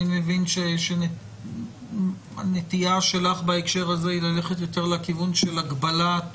מבין שהנטייה שלך היא ללכת יותר לכיוון של הגבלת